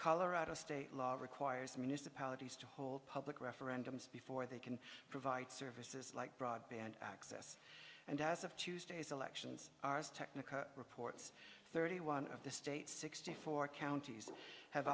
colorado state law requires municipalities to hold public referendums before they can provide services like broadband access and as of tuesday's elections technica reports thirty one of the state's sixty four counties have